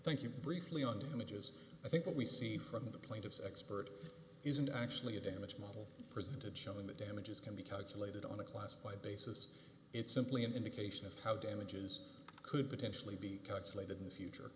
thank you briefly on damages i think what we see from the plaintiff's expert isn't actually a damage model presented showing that damages can be calculated on a class by basis it's simply an indication of how damages could potentially be calculated in the future